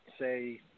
say